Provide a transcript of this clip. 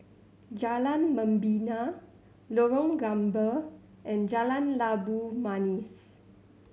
Jalan Membina Lorong Gambir and Jalan Labu Manis